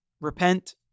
repent